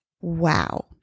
wow